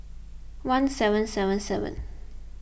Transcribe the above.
one seven seven seven